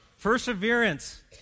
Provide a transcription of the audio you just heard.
Perseverance